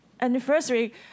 anniversary